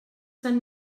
sant